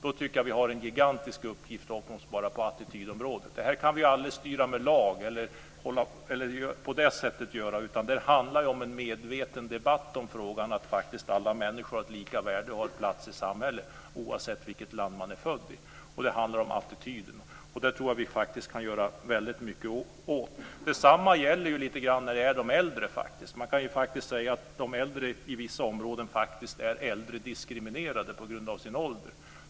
Där tycker jag att vi har en gigantisk uppgift bara på attitydområdet. Detta kan vi aldrig styra med lag. Det handlar om en medveten debatt i frågan. Alla människor har faktiskt ett lika värde och en plats i samhället oavsett vilket land man är född i. Det handlar om attityder. Det tror jag faktiskt att vi kan göra något åt. Detsamma gäller lite grann de äldre. Man kan säga att de äldre faktiskt är diskriminerade på vissa områden på grund av sin ålder.